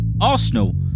Arsenal